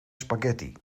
spaghetti